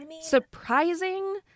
surprising